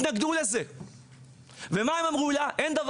האנשים שרוצים לדבר ולא יכלו לדבר ולהביע את דעתם,